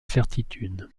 certitude